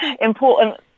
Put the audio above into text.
important